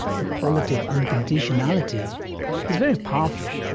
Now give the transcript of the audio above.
the quality of unconditionality is very powerful.